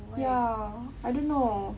ya I don't know